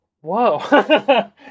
whoa